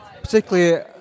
particularly